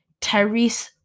Tyrese